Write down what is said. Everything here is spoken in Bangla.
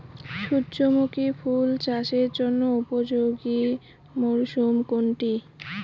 সূর্যমুখী ফুল চাষের জন্য উপযোগী মরসুম কোনটি?